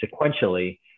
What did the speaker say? sequentially